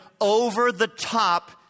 over-the-top